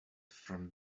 from